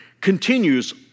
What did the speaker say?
continues